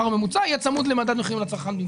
הממוצע יהיה צמוד למדד המחירים לצרכן.